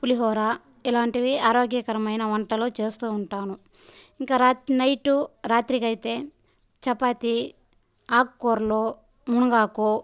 పులిహోర ఇలాంటివి ఆరోగ్యకరమైన వంటలు చేస్తూ ఉంటాను ఇంకా నైటు రాత్రి కి అయితే చపాతి ఆకుకూరలు మునగాకు